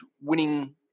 winning